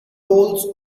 rolls